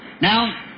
Now